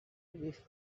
with